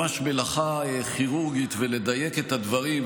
ממש מלאכה כירורגית ולדייק את הדברים,